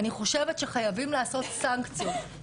חייבים לעשות סנקציות.